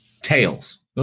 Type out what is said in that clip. Tails